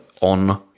on